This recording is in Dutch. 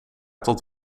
tot